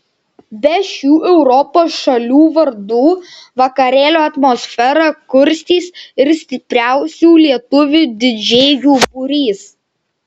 be šių europos šalių vardų vakarėlio atmosferą kurstys ir stipriausių lietuvių didžėjų būrys